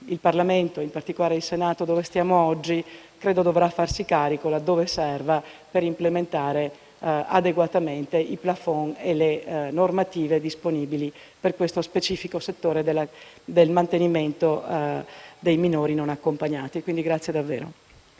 il Parlamento, in particolare il Senato in cui sediamo oggi, credo dovrà farsi carico, laddove serva, di implementare adeguatamente i *plafond* e le normative disponibili per lo specifico settore del mantenimento dei minori non accompagnati.